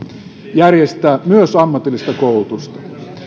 järjestää myös ammatillista koulutusta